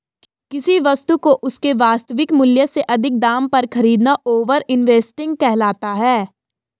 किसी वस्तु को उसके वास्तविक मूल्य से अधिक दाम पर खरीदना ओवर इन्वेस्टिंग कहलाता है